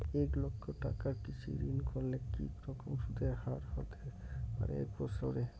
এক লক্ষ টাকার কৃষি ঋণ করলে কি রকম সুদের হারহতে পারে এক বৎসরে?